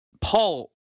Paul